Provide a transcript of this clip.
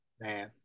Man